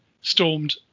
stormed